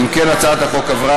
אם כן, הצעת החוק עברה,